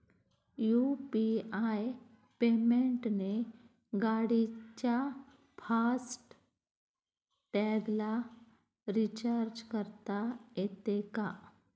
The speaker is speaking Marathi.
यु.पी.आय पेमेंटने गाडीच्या फास्ट टॅगला रिर्चाज करता येते का?